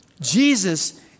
Jesus